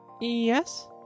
Yes